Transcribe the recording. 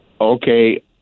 Okay